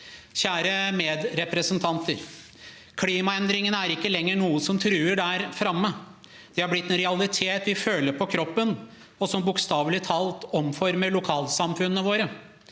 Kjære medrepresentanter! Klimaendringene er ikke lenger noe som truer; de er framme. De har blitt en realitet vi føler på kroppen, og som bokstavelig talt omformer lokalsamfunnene våre.